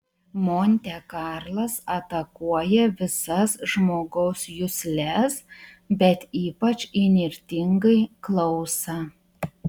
monte karlas atakuoja visas žmogaus jusles bet ypač įnirtingai klausą